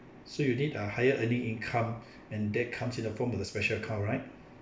so you did a higher earning income and that comes in the form of the special account right